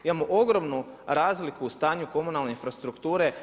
Imamo ogromnu razliku u stanju komunalne infrastruktura.